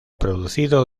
producido